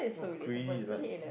all crazy like